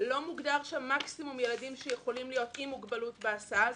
לא מוגדר שם מקסימום ילדים שיכולים להיות עם מוגבלות בהסעה הזאת,